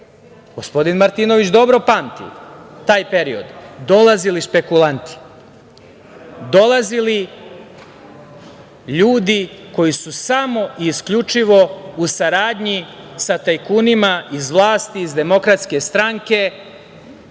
gospodin Martinović dobro pamti, taj period, dolazili špekulanti, dolazili ljudi koji su samo i isključivo u saradnji i sa tajkunima iz vlasti, iz DS, stranke